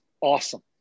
awesome